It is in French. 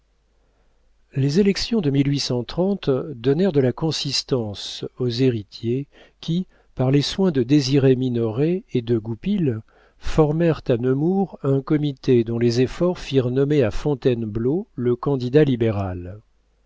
les élections de donnèrent de la consistance aux héritiers qui par les soins de désiré minoret et de goupil formèrent à nemours un comité dont les efforts firent nommer à fontainebleau le candidat libéral